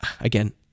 again